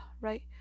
right